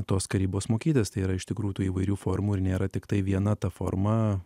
tos karybos mokytis tai yra iš tikrųjų tų įvairių formų ir nėra tiktai viena ta forma